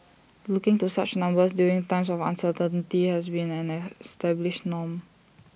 looking to such numbers during times of uncertainty has been an established norm